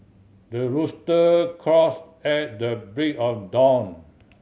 the rooster crows at the break of dawn